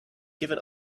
given